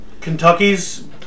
Kentucky's